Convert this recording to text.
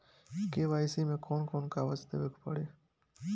KYC मे कौन कौन कागज देवे के पड़ी?